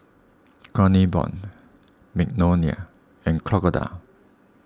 Kronenbourg Magnolia and Crocodile